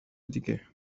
دیگه